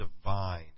divine